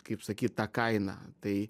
kaip sakyt tą kainą tai